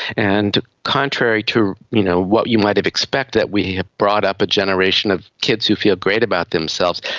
and contrary to you know what you might have expected, that we ah brought up a generation of kids who feel great about themselves,